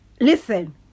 listen